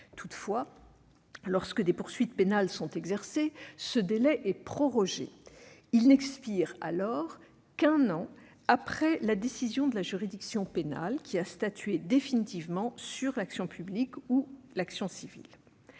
Toutefois, lorsque des poursuites pénales sont exercées, ce délai est prorogé. Il n'expire qu'un an après la décision de la juridiction pénale ayant statué définitivement sur l'action publique ou sur l'action civile.